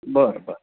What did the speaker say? बरं बरं